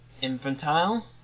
infantile